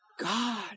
God